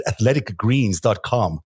athleticgreens.com